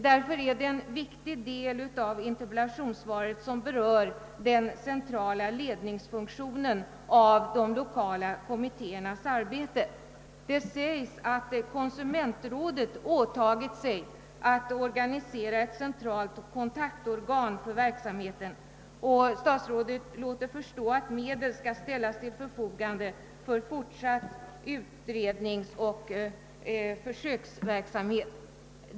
Den del av interpellationssvaret, som berör den centrala ledningsfunktionen över de lokala kommittéernas arbete, är därför viktig. Det anföres att konsumentrådet åtagit sig att organisera ett centralt kontaktorgan för verksamheten, och statsrådet låter förstå att medel skall ställas till förfogande för fortsatt utredningsoch försöksverksamhet.